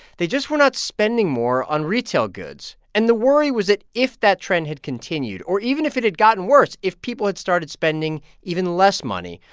they just were not spending more on retail goods and the worry was that if that trend had continued, or even if it had gotten worse if people had started spending even less money,